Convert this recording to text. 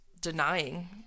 denying